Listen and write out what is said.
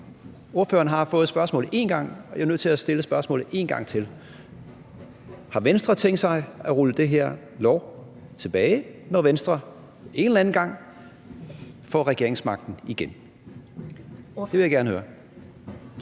Ordføreren har fået spørgsmålet én gang, men jeg er nødt til at stille spørgsmålet en gang til: Har Venstre tænkt sig at rulle det her lovforslag tilbage, når Venstre en eller anden gang får regeringsmagten igen? Det vil jeg gerne høre.